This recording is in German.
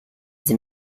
sie